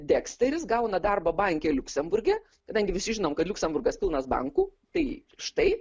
deksteris gauna darbą banke liuksemburge kadangi visi žinom kad liuksemburgas pilnas bankų tai štai